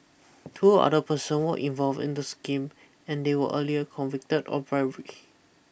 two other person were involved in the scheme and they were earlier convicted of bribery